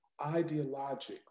ideologically